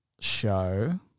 show